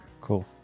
Cool